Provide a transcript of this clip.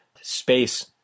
space